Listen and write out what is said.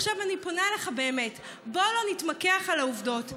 עכשיו אני פונה אליך באמת: בוא לא נתמקח על העובדות,